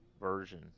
version